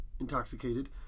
intoxicated